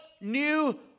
new